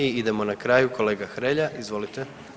I idemo na kraju, kolega Hrelja, izvolite.